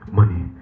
money